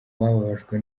bababajwe